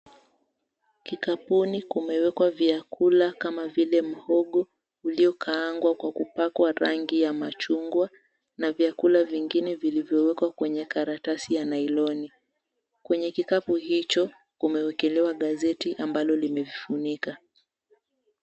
Kikapuni kumewekwa vyakula kama vile mhogo uliokaangwa kwa kupakwa rangi ya machungwa na vyakula vingine vilivyowekwa kwenye karatasi ya nailoni. Kwenye kikapu hicho kumewekelewa gazeti ambalo limevifunika.